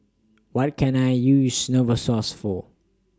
What Can I use Novosource For